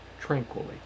tranquilly